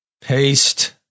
Paste